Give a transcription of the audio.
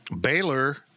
Baylor